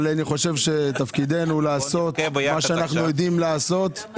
תפקידנו לעשות מה שאנו יודעים לעשות,